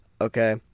Okay